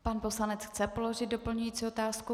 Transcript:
Pan poslanec chce položit doplňující otázku?